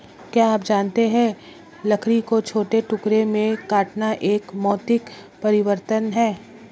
क्या आप जानते है लकड़ी को छोटे टुकड़ों में काटना एक भौतिक परिवर्तन है?